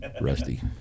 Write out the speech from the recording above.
Rusty